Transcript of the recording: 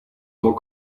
more